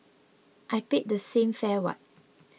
I paid the same fare what